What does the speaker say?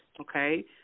Okay